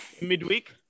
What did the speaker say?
Midweek